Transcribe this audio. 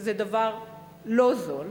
וזה דבר לא זול,